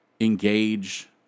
engage